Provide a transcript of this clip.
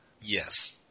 Yes